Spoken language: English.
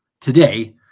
Today